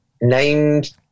named